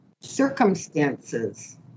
circumstances